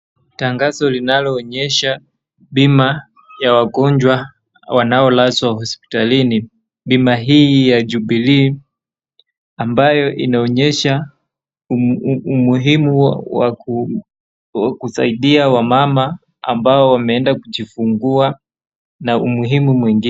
Tangazo linaloonyesha bima ya wagonjwa wanaolazwa hospitalini, bima hii ya jubilee ambayo inaonyesha umuhimu wa kusaidia wamama ambao wameenda kujifungua na umuhimu mwingine.